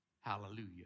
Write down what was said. Hallelujah